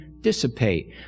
dissipate